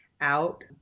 out